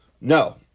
No